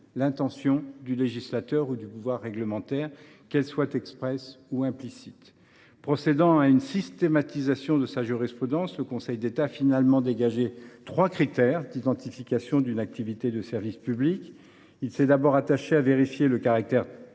l’intention du législateur ou du pouvoir réglementaire, qu’elle soit expresse ou implicite. Procédant à une systématisation de sa jurisprudence, le Conseil d’État a finalement dégagé trois critères d’identification d’une activité de service public. Il s’est d’abord attaché à vérifier le caractère